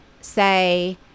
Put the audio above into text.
say